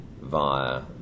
via